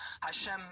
Hashem